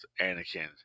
Anakin